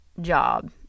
job